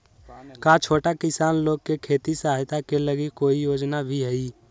का छोटा किसान लोग के खेती सहायता के लगी कोई योजना भी हई?